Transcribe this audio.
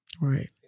Right